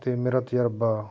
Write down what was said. ਅਤੇ ਮੇਰਾ ਤਜਰਬਾ